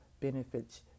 benefits